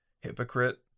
hypocrite